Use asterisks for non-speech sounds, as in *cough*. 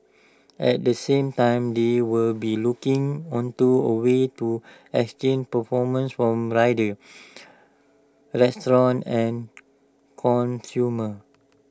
at the same time they will be looking onto A ways to extinct performance form riders *noise* restaurants and consumers